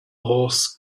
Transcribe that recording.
horse